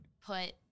put